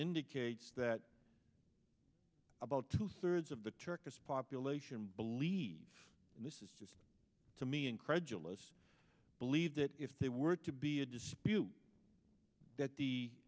indicates that about two thirds of the turkish population believe this is to me incredulous believe that if they were to be a dispute that the